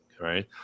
right